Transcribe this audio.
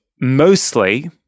mostly